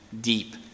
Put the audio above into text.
deep